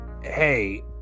hey